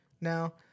now